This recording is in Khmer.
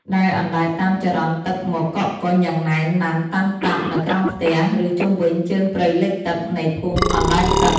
ដែលអណ្ដែតតាមចរន្តទឹកមកកកកុញយ៉ាងណែនណាន់តាន់តាប់នៅក្រោមផ្ទះ ឬជុំវិញជើងព្រៃលិចទឹកនៃភូមិអណ្តែតទឹក។